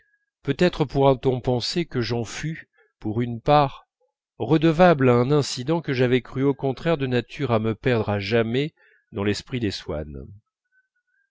peut-être pourra-t-on penser que j'en fus pour une part redevable à un incident que j'avais cru au contraire de nature à me perdre à jamais dans l'esprit des swann